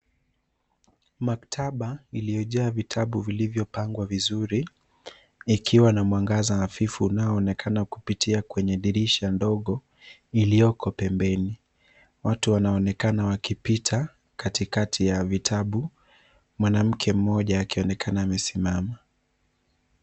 Maktaba iliyojaa vitabu vilivyopangwa vizuri ikiwa na mwangaza hafifu unaoonekana kupitia kwenye dirisha ndogo iliyoko pembeni. Watu wanaonekana wakipita katikati ya vitabu. Mwanamke mmoja akionekana amesimama.